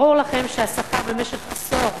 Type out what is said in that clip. ברור לכם שהשכר נשחק במשך עשור